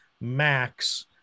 Max